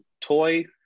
toy